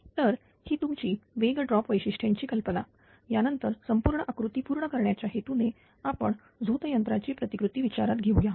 तर ही तुमची वेग ड्रॉप वैशिष्ट्यांची कल्पना यानंतर संपूर्ण आकृती पूर्ण करण्याच्या हेतूने आपण झोत यंत्राची प्रतिकृती विचारात घेऊया